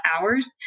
hours